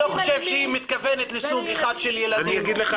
שהיא מתכוונת לסוג אחד של ילדים.